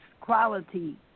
quality